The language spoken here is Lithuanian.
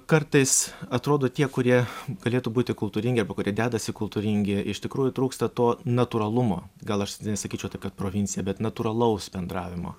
kartais atrodo tie kurie galėtų būti kultūringi arba kurie dedasi kultūringi iš tikrųjų trūksta to natūralumo gal aš nesakyčiau taip kad provincija bet natūralaus bendravimo